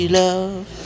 love